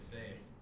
safe